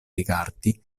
rigardi